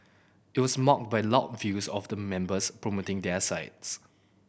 it was marked by loud views of the members promoting their sides